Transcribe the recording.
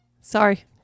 sorry